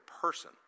person